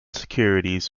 securities